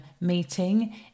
meeting